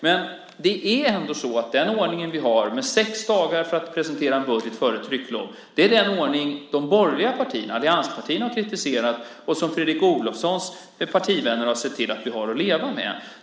Men den ordning vi har med sex dagar före trycklov för att presentera en budget är den ordning som de borgerliga partierna, allianspartierna, har kritiserat och som Fredrik Olovssons partivänner sett till att vi har att leva med.